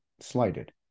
slighted